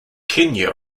kenya